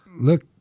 look